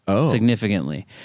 significantly